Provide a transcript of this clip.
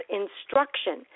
instruction